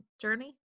journey